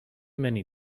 many